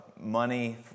money